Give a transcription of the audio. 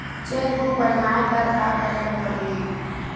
Cheque book बनवाय बर का करे ल पड़हि?